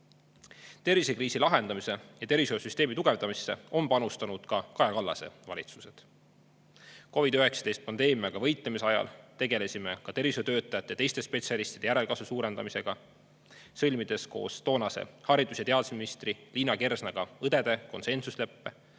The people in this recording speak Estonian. tervishoiule. Tervisekriisi lahendamisse ja tervishoiusüsteemi tugevdamisse on panustanud ka Kaja Kallase valitsused. COVID‑19 pandeemiaga võitlemise ajal tegelesime ka tervishoiutöötajate ja teiste spetsialistide järelkasvu suurendamisega, sõlmides koos toonase haridus‑ ja teadusministri Liina Kersnaga õdede konsensusleppe,